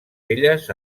elles